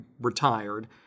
retired